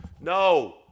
No